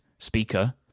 Speaker